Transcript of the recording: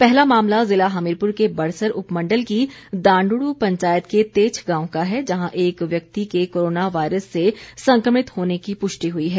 पहला मामला ज़िला हमीरपुर के बड़सर उपमंडल की दांदड़ पंचायत के तेच्छ गांव का है जहां के एक व्यक्ति के कोरोना वायरस से संक्रमित होने की पुष्टी हुई है